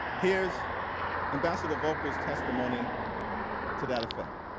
here's ambassador volker's testimony to that effect.